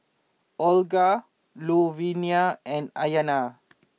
Olga Louvenia and Ayana